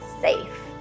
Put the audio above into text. safe